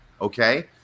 Okay